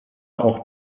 auch